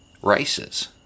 Races